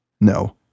No